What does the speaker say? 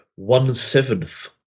One-seventh